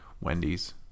Wendy's